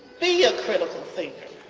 be a critical thinker.